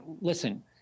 listen